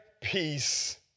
peace